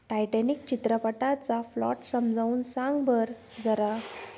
Titanic चित्रपटाचा plot समजावून सांग बर जरा